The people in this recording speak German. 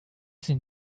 sind